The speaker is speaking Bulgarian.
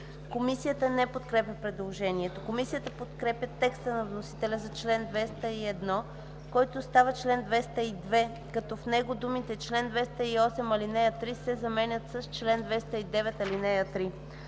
Комисията не подкрепя предложението. Комисията подкрепя текста на вносителя за чл. 201, който става чл. 202, като в него думите „чл. 208, ал. 3” се заменят с„чл. 209, ал.3”.